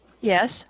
Yes